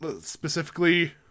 Specifically